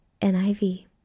NIV